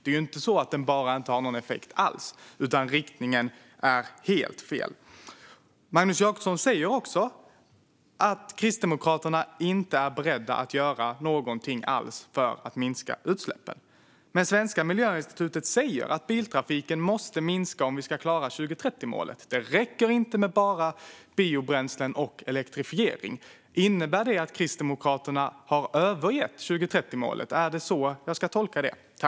Det är ju inte så att den bara inte har någon effekt alls, utan riktningen är helt fel. Magnus Jacobsson säger också att Kristdemokraterna inte är beredda att göra någonting alls för att minska utsläppen. Men Svenska Miljöinstitutet säger att biltrafiken måste minska om vi ska klara 2030-målet; det räcker inte med enbart biobränslen och elektrifiering. Innebär det att Kristdemokraterna har övergett 2030-målet? Är det så jag ska tolka detta?